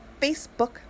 Facebook